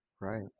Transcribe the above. Right